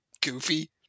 goofy